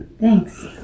thanks